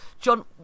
John